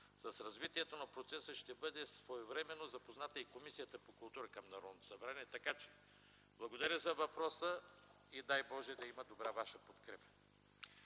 С развитието на процеса ще бъде своевременно запозната и Комисията по култура при Народното събрание. Така че благодаря за въпроса и дай Боже да има добра ваша подкрепа!